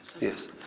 Yes